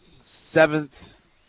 seventh